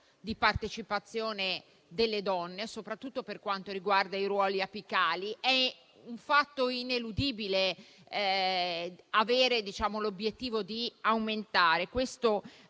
di partecipazione delle donne, soprattutto per quanto riguarda i ruoli apicali, ed è ineludibile l'obiettivo di aumentarlo. Da questa